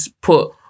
put